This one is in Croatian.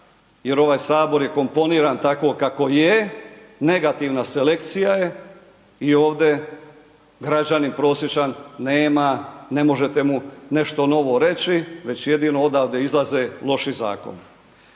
jer ovaj HS je komponiran tako kako je, negativna selekcija je i ovdje građanin prosječan nema, ne možete mu nešto novo reći, već jedino odavde izlaze loši zakoni.